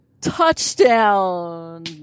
touchdown